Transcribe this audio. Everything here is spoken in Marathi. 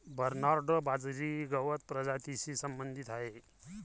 बर्नार्ड बाजरी गवत प्रजातीशी संबंधित आहे